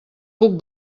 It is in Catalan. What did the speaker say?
puc